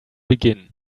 begin